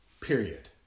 period